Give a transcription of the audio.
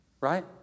right